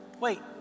Wait